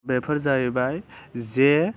बेफोर जाहैबाय जे